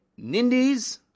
Nindies